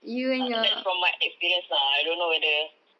uh that's from my experience lah I don't know whether